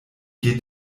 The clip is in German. geht